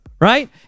Right